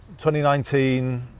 2019